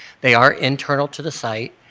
they are internal to the site.